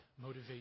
motivate